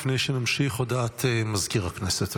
לפני שנמשיך, הודעת מזכיר הכנסת.